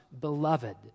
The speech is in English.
beloved